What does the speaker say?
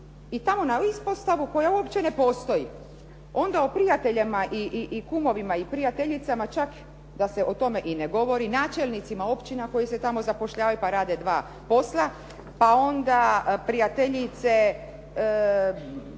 i tamo na ispostavu koja uopće ne postoji. Onda o prijateljima i kumovima i prijateljicama čak da se o tome i ne govori, načelnicima općina koji se tamo zapošljavaju pa rade dva posla, pa onda prijateljice